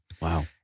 Wow